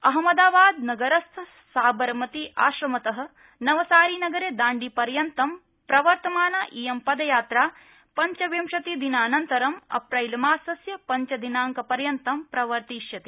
अहमदाबाद नगरस्थ साबरमती आश्रमत नवसारी नगरे दाण्डी पर्यन्तं प्रवर्तमाना इयं पदयात्रा पंचविंशतिदिन अनन्तरं अप्रैल मासस्य पंच दिनांक पर्यन्तं प्रवर्तिष्यते